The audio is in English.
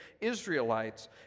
Israelites